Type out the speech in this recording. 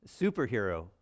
superhero